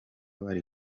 bari